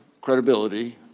credibility